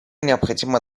необходимо